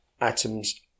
atoms